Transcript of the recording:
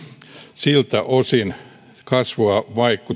siltä osin kasvua